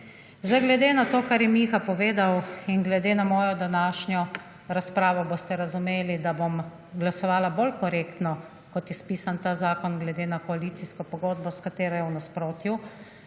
glede na to kar je Miha povedal in glede na mojo današnjo razpravo boste razumeli, da bom glasovala bolj korektno kot je spisan ta zakon glede na koalicijsko pogodbo s katero je v nasprotju,